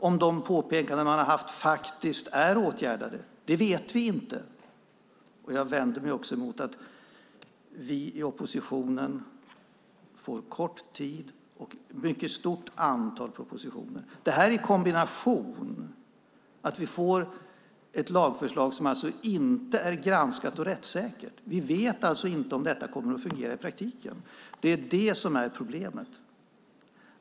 Om de påpekanden som har funnits faktiskt är åtgärdade vet vi inte, och jag vänder mig också mot att vi i oppositionen får kort tid för ett mycket stort antal propositioner. Detta sker i kombination med att vi får ett lagförslag som inte är granskat och rättssäkert. Vi vet alltså inte om det kommer att fungera i praktiken. Det är det som är problemet.